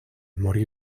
morir